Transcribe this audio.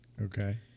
Okay